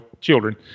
children